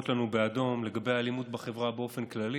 לנו באדום לגבי האלימות בחברה באופן כללי,